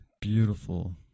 beautiful